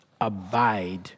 abide